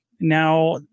Now